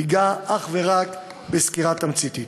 אגע אך ורק בסקירה תמציתית.